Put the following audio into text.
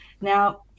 Now